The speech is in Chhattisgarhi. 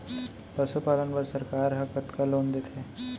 पशुपालन बर सरकार ह कतना लोन देथे?